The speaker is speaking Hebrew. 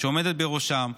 עומדת בראשם,